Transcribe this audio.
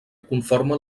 conforma